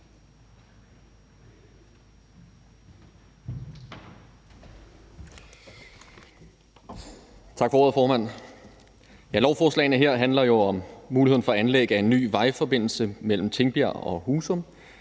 Tak for ordet, formand. Lovforslagene her handler jo om muligheden for anlæg af en ny vejforbindelse mellem Tingbjerg og Husum